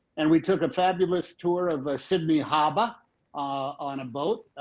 and we took a fabulous tour of ah sydney harbor on a boat.